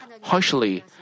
harshly